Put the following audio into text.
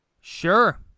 Sure